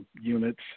units